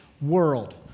world